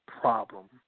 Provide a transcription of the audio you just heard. problem